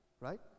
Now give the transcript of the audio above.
right